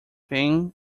thing